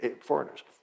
foreigners